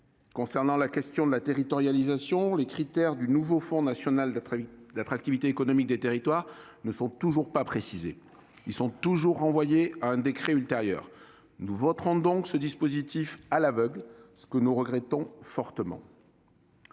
Pour ce qui concerne la territorialisation, les critères du nouveau fonds national d'attractivité économique des territoires ne sont toujours pas précisés : ils restent renvoyés à un décret ultérieur. Nous voterons donc ce dispositif à l'aveugle, ce qui est on ne peut